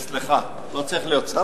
סליחה, לא צריך להיות פה שר?